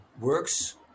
works